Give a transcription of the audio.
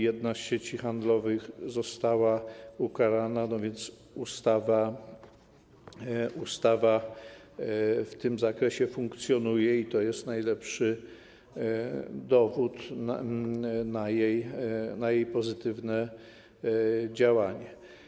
Jedna z sieci handlowych została ukarana, więc ustawa w tym zakresie funkcjonuje i to jest najlepszy dowód na jej pozytywne działanie.